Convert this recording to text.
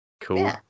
Cool